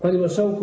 Panie Marszałku!